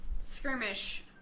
skirmish